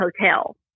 hotel